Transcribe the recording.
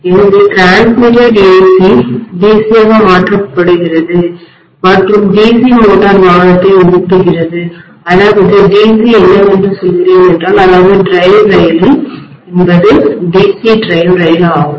எனவே transmitted AC DC ஆக மாற்றப்படுகிறது மற்றும் DC மோட்டார் வாகனத்தை ஓட்டுகிறது அதாவது DC என்னவென்றுசொல்கிறேன் என்றால் அதாவது டிரைவ் ரயில் என்பது DC டிரைவ் ரயில் ஆகும்